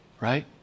right